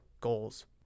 goals